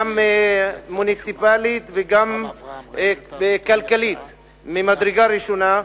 גם מוניציפלית וגם כלכלית ממדרגה ראשונה.